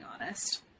honest